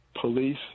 Police